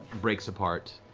breaks apart,